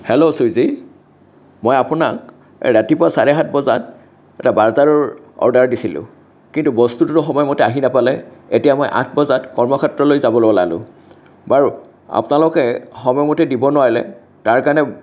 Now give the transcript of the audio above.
hello ছুইজি মই আপোনাক এই ৰাতিপুৱা চাৰে সাতবজাত এটা বাৰ্জাৰৰ অৰ্ডাৰ দিছিলোঁ কিন্তু বস্তুটো সময়মতে আহি নেপালে এতিয়া মই আঠ বজাত কৰ্মক্ষেত্ৰলৈ যাবলৈ ওলালোঁ বাৰু আপোনালোকে সময়মতে দিব নোৱাৰিলে তাৰ কাৰণে